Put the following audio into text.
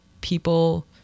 people